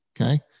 Okay